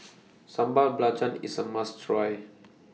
Sambal Belacan IS A must Try